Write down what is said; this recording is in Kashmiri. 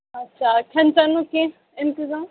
اچھا کھٮ۪ن چھنُک کیٚنٛہہ اِنتظام